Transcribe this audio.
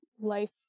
life